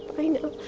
i know.